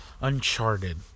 uncharted